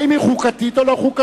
האם היא חוקתית או לא חוקתית?